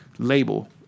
Label